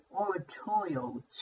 oratorial